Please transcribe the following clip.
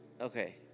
Okay